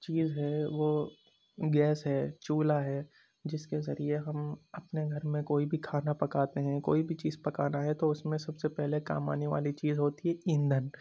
چیز ہے وہ گیس ہے چولہا ہے جس کے ذریعے ہم اپنے گھر میں کوئی بھی کھانا پکاتے ہیں کوئی بھی چیز پکانا ہے تو اس میں سب سے پہلے کام آنے والی چیز ہوتی ہے ایندھن